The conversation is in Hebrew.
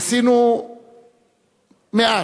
עשינו מעט,